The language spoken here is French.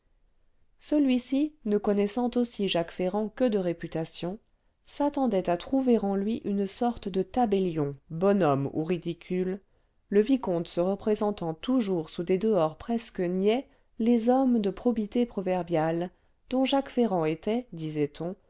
celui-ci ne connaissant aussi jacques ferrand que de réputation s'attendait à trouver en lui une sorte de tabellion bonhomme ou ridicule le vicomte se représentant toujours sous des dehors presque niais les hommes de probité proverbiale dont jacques ferrand était disait-on